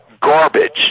Garbage